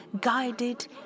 guided